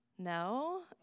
No